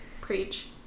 Preach